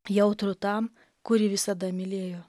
jautrų tam kurį visada mylėjo